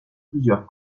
plusieurs